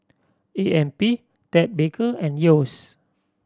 A M P Ted Baker and Yeo's